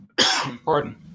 Pardon